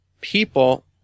people